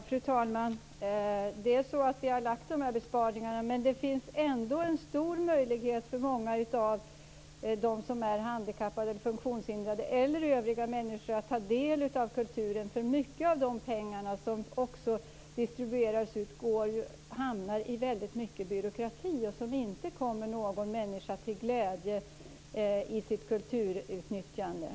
Fru talman! Vi har lagt fram dessa besparingsförslag, men det finns ändå en stor möjlighet för många av dem som är handikappade och funktionshindrade eller för övriga människor att ta del av kulturen. Mycket av de pengar som distribueras ut hamnar i väldigt mycket byråkrati och kommer inte någon människa till glädje i kulturutnyttjandet.